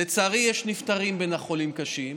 לצערי, יש נפטרים בין החולים הקשים,